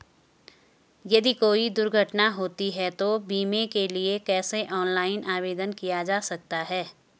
यदि कोई दुर्घटना होती है तो बीमे के लिए कैसे ऑनलाइन आवेदन किया जा सकता है?